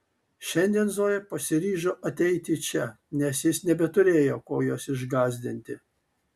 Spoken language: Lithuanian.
šiandien zoja pasiryžo ateiti čia nes jis nebeturėjo kuo jos išgąsdinti